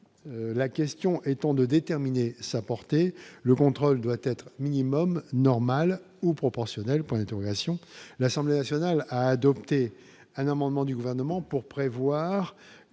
la question étant de déterminer sa portée, le contrôle doit être minimum normal ou proportionnelle